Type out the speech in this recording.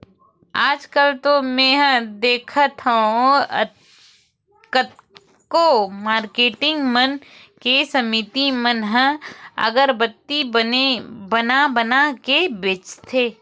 आजकल तो मेंहा देखथँव कतको मारकेटिंग मन के समिति मन ह अगरबत्ती बना बना के बेंचथे